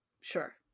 Sure